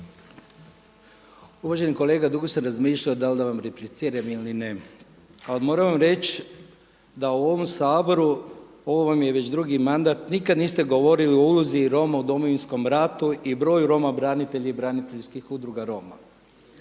Uvaženi kolega, dugo sam razmišljao da li da vam repliciram ili ne. Ali moram vam reći da u ovom Saboru, ovo vam je već drugi mandat nikad niste govorili o ulozi Roma u Domovinskom ratu i broju Roma branitelja i braniteljskih udruga Roma.